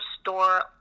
store